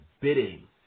bidding